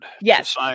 Yes